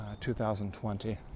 2020